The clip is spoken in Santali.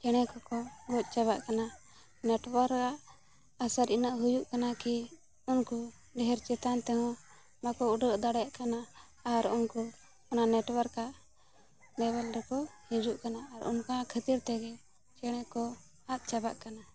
ᱪᱮᱬᱮ ᱠᱚᱠᱚ ᱜᱚᱡ ᱪᱟᱵᱟᱜ ᱠᱟᱱᱟ ᱱᱮᱴᱣᱟᱨᱠᱟᱜ ᱟᱥᱟᱨ ᱤᱱᱟᱹᱜ ᱦᱩᱭᱩᱜ ᱠᱟᱱᱟ ᱠᱤ ᱩᱱᱠᱩ ᱰᱷᱮᱨ ᱪᱮᱛᱟᱱ ᱛᱮᱦᱚᱸ ᱵᱟᱠᱚ ᱩᱰᱟᱹᱜ ᱫᱟᱲᱮᱭᱟᱜ ᱠᱟᱱᱟ ᱟᱨ ᱩᱱᱠᱩ ᱚᱱᱟ ᱱᱮᱴᱣᱟᱨᱠᱟᱜ ᱞᱮᱵᱮᱞ ᱨᱮᱠᱚ ᱦᱤᱡᱩᱜ ᱠᱟᱱᱟ ᱟᱨ ᱚᱱᱠᱟ ᱠᱷᱟᱹᱛᱤᱨ ᱛᱮᱜᱮ ᱪᱮᱬᱮ ᱠᱚ ᱟᱫ ᱪᱟᱵᱟᱜ ᱠᱟᱱᱟ